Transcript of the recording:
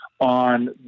on